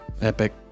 Epic